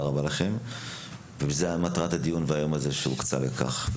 זו מטרת הדיון והיום שהוקצה לכך.